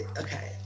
okay